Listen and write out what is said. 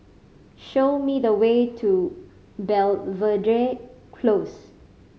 show me the way to Belvedere Close